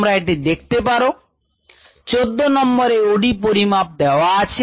তোমরা এটি দেখতে পারো 14 নম্বরের OD পরিমাপে দেওয়া আছে